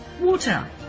water